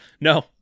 No